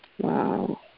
Wow